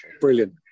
brilliant